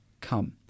come